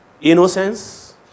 innocence